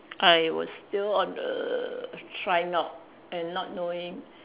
I was still on the trying out and not knowing